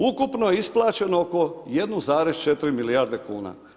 Ukupno je isplaćeno oko 1,4 milijarde kuna.